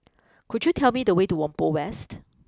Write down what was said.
could you tell me the way to Whampoa West